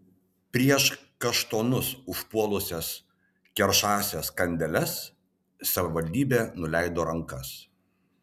prieš kaštonus užpuolusias keršąsias kandeles savivaldybė nuleido rankas